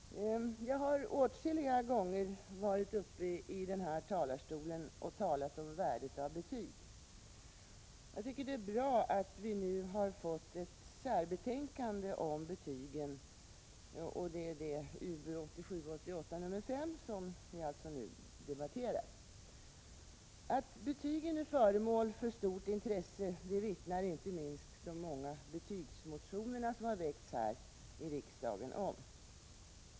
Herr talman! Jag har åtskilliga gånger varit uppe i den här talarstolen och talat om värdet av betyg. Det är bra att vi har ett särbetänkande om betygen, nämligen Ub 1987/88:5 som vi alltså nu debatterar. Att betygen är föremål för stort intresse vittnar inte minst de många betygsmotioner som väckts här i riksdagen om.